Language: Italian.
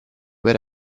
per